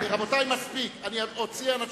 רבותי, מספיק, אני אוציא אנשים.